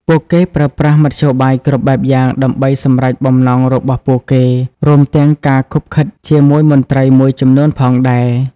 ពួកគេប្រើប្រាស់មធ្យោបាយគ្រប់បែបយ៉ាងដើម្បីសម្រេចបំណងរបស់ពួកគេ រួមទាំងការឃុបឃិតជាមួយមន្ត្រីមួយចំនួនផងដែរ។